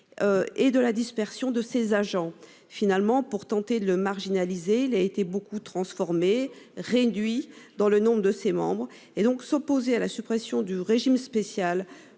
Et de la dispersion de ses agents finalement pour tenter de le marginaliser, il a été beaucoup transformée réduit dans le nombre de ses membres et donc s'opposer à la suppression du régime spécial